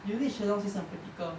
uni 学的东西是很 practical